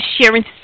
sharing